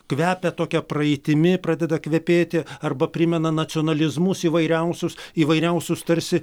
kvepia tokia praeitimi pradeda kvepėti arba primena nacionalizmus įvairiausius įvairiausius tarsi